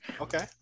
Okay